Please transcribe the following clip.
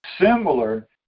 similar